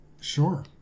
sure